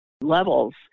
levels